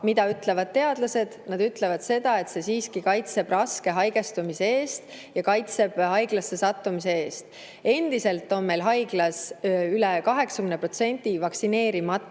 mida ütlevad teadlased? Nad ütlevad seda, et [vaktsiin] siiski kaitseb raske haigestumise eest ja kaitseb haiglasse sattumise eest. Endiselt on meil haiglasolijatest üle 80% vaktsineerimata